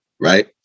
right